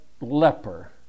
leper